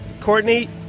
Courtney